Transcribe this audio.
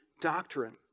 doctrine